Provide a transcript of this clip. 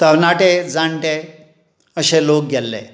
तरणाटे जाणटे अशे लोक गेल्ले